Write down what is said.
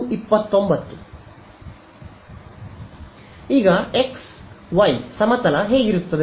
X y ಸಮತಲ ಹೇಗಿರುತ್ತದೆ